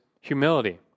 humility